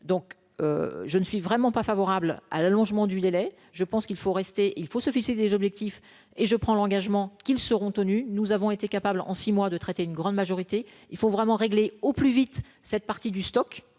donc je ne suis vraiment pas favorable à l'allongement du délai, je pense qu'il faut rester, il faut se fixer des objectifs et je prends l'engagement qu'ils seront tenus, nous avons été capables en 6 mois, de traiter une grande majorité il faut vraiment régler au plus vite cette partie du stock,